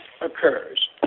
occurs